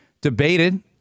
debated